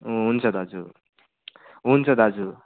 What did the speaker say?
हुन्छ दाजु हुन्छ दाजु